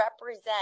represent